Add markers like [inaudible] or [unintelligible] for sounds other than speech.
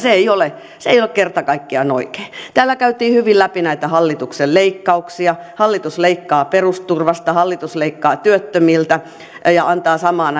se ei ole kerta kaikkiaan oikein täällä käytiin hyvin läpi näitä hallituksen leikkauksia hallitus leikkaa perusturvasta hallitus leikkaa työttömiltä ja ja antaa samaan [unintelligible]